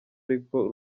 ariko